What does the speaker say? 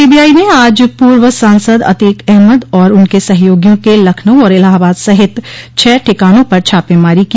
CBI ने आज पूर्व सांसद अतीक अहमद और उनके सहयोगियों के लखनऊ और इलाहाबाद सहित छह ठिकानों पर छापेमारी की